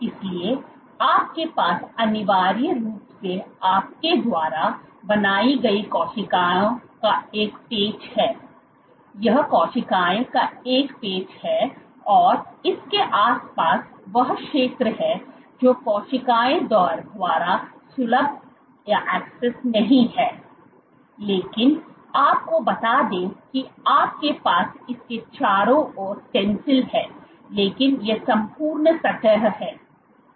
इसलिए आपके पास अनिवार्य रूप से आपके द्वारा बनाई गई कोशिकाओं का एक पैच है यह कोशिकाओं का एक पैच है और इसके आस पास वह क्षेत्र है जो कोशिकाओं द्वारा सुलभ नहीं है लेकिन आपको बता दें कि आपके पास इसके चारों ओर स्टेंसिल है लेकिन यह संपूर्ण सतह है